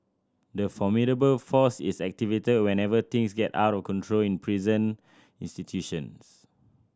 the formidable force is activated whenever things get out of control in prison institutions